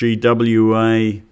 GWA